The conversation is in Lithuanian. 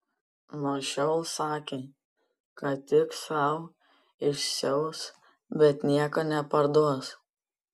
nuo šiol sakė kad tik sau išsiaus bet nieko neparduos